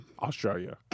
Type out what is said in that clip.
Australia